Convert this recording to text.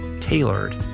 tailored